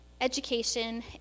education